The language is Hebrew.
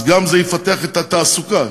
זה יפתח את עניין התעסוקה,